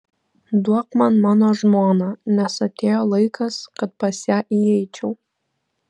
duok man mano žmoną nes atėjo laikas kad pas ją įeičiau